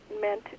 meant